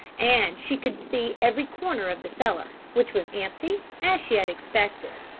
and she could see every corner of the cellar, which was empty as she had expected.